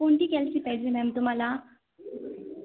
कोणती कॅल्सि पाहिजे मॅम तुम्हाला